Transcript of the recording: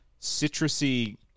citrusy